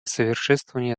совершенствования